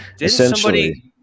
essentially